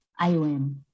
IOM